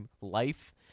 life